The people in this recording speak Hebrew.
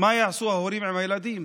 מה יעשו ההורים עם הילדים?